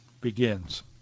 begins